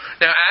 Now